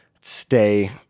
stay